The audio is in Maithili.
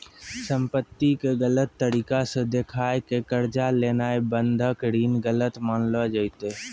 संपत्ति के गलत तरिका से देखाय के कर्जा लेनाय बंधक ऋण गलत मानलो जैतै